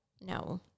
No